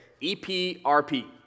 E-P-R-P